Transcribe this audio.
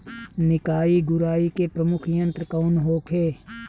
निकाई गुराई के प्रमुख यंत्र कौन होखे?